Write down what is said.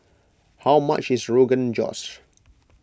how much is Rogan Josh